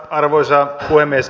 arvoisa puhemies